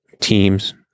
teams